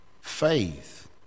faith